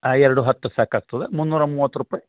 ಹಾಂ ಎರಡು ಹತ್ತು ಸಾಕಾಗ್ತದೆ ಮುನ್ನೂರ ಮೂವತ್ತು ರುಪಾಯಿ